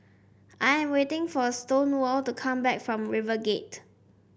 I'm waiting for Stonewall to come back from RiverGate